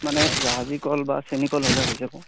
মানে জাহাজী কল বা চেনিকল হ'লে হৈ যায়